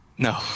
no